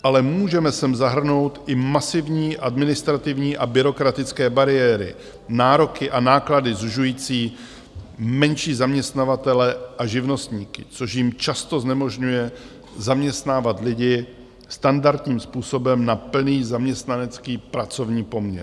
Ale můžeme sem zahrnout i masivní administrativní a byrokratické bariéry, nároky a náklady sužující menší zaměstnavatele a živnostníky, což jim často znemožňuje zaměstnávat lidi standardním způsobem na plný zaměstnanecký pracovní poměr.